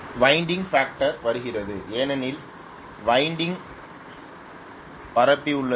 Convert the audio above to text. winding factor வருகிறது ஏனெனில் winding பரப்பியுள்ளது